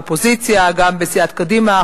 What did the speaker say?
באופוזיציה, גם בסיעת קדימה.